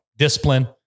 discipline